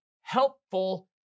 helpful